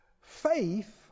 faith